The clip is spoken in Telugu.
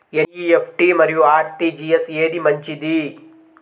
ఎన్.ఈ.ఎఫ్.టీ మరియు అర్.టీ.జీ.ఎస్ ఏది మంచిది?